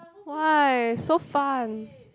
why so fun